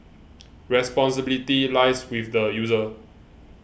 responsibility lies with the user